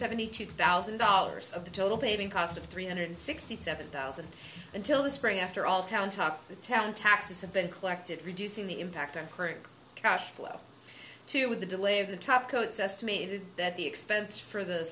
seventy two thousand dollars of the total paving cost of three hundred sixty seven thousand until the spring after all town talk the town taxes have been collected reducing the impact on current cash flow too with the delay of the top coats estimated that the expense for the